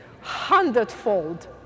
hundredfold